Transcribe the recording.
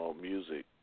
Music